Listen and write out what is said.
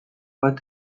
bat